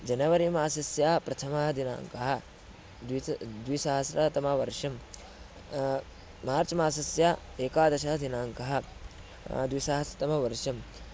January मासस्य प्रथमः दिनाङ्कः द्वि द्विसहस्रतमवर्षं मार्च् मासस्य एकादशः दिनाङ्कः द्विसहस्रतमवर्षम्